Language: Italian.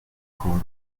coro